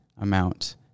amount